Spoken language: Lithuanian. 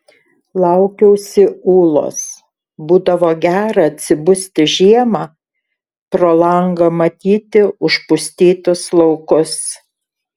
laukiausi ūlos būdavo gera atsibusti žiemą pro langą matyti užpustytus laukus